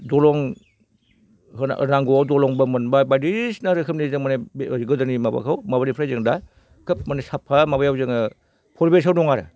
दालां नांगौआव दालांबो मोनबाय बायदिसिना रोखोमनि जों माने गोदोनि माबाखौ माबानिफ्राय जों दा खोब माने साफा माबायाव जोङो परिबेसाव दङ आरो